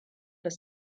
das